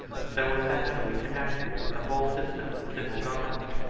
so essentially connected with the whole system of civil government,